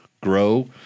grow